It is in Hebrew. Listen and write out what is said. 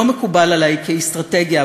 לא מקובל עלי כאסטרטגיה.